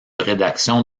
rédaction